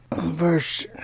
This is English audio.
Verse